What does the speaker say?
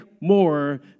more